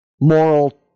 moral